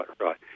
right